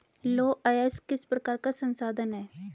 लौह अयस्क किस प्रकार का संसाधन है?